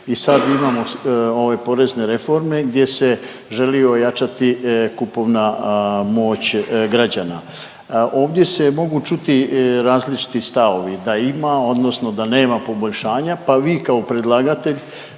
I sad imamo ove porezne reforme gdje se želi ojačati kupovna moć građana. Ovdje se mogu čuti različiti stavovi da ima, odnosno da nema poboljšanja pa vi kao predlagatelj,